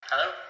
Hello